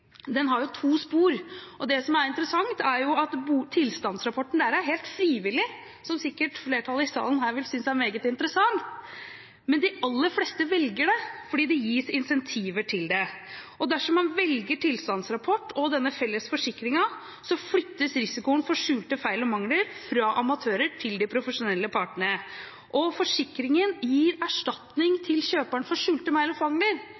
Den har to spor, og det som er interessant, er at tilstandsrapporten der er helt frivillig, som sikkert flertallet i salen her vil synes er meget interessant, men de aller fleste velger det, fordi det gis incentiver til det. Dersom man velger tilstandsrapport og denne felles forsikringen, flyttes risikoen for skjulte feil og mangler fra amatører til de profesjonelle partene. Forsikringen gir erstatning til kjøperen for skjulte feil og